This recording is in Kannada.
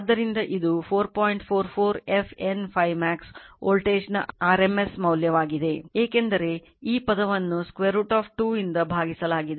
44 f N Φmax ವೋಲ್ಟೇಜ್ನ RMS ಮೌಲ್ಯವಾಗಿದೆ ಏಕೆಂದರೆ ಈ ಪದವನ್ನು √ 2 ರಿಂದ ಭಾಗಿಸಲಾಗಿದೆ